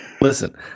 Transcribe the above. listen